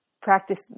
practice